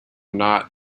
not